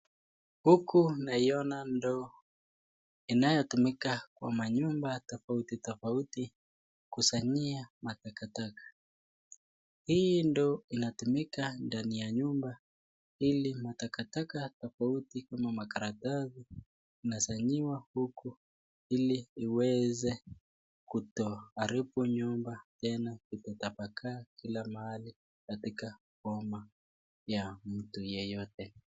Huku naiona ndoo inayotumika kwa manyumba, tofautitofauti kusanyia takataka, hii ndoo inatumika ndani ya nyumba, ili takataka tofauti kama makaratasi, inasanyiwa huku ili iweze kutoharibu nyumba kwa kutapakaa kila mahali kwa boma ya mtu yeyote.